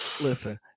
listen